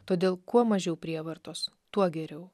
todėl kuo mažiau prievartos tuo geriau